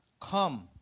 Come